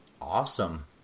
Awesome